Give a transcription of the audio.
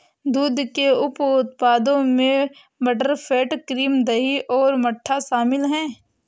दूध के उप उत्पादों में बटरफैट, क्रीम, दही और मट्ठा शामिल हैं